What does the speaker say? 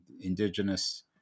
indigenous